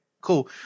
cool